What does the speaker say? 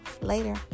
Later